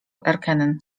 erkennen